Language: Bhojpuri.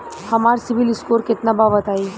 हमार सीबील स्कोर केतना बा बताईं?